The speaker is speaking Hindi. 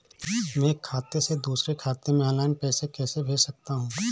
मैं एक खाते से दूसरे खाते में ऑनलाइन पैसे कैसे भेज सकता हूँ?